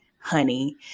Honey